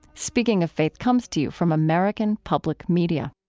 speaking of faith comes to you from american public media